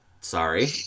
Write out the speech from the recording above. Sorry